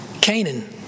Canaan